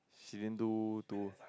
she didn't do to